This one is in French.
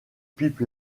pipe